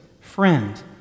Friend